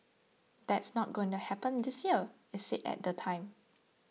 that's not going to happen this year it said at the time